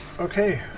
Okay